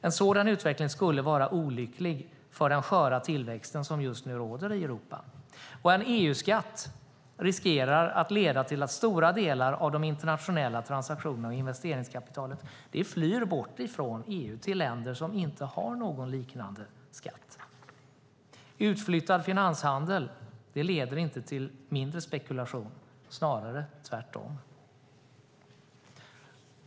En sådan utveckling skulle vara olycklig för den sköra tillväxt som just nu råder i Europa. En EU-skatt riskerar att leda till att stora delar av de internationella transaktionerna och investeringskapitalet flyr bort från EU till länder som inte har någon liknande skatt. Utflyttad finanshandel leder inte till mindre spekulation, snarare tvärtom.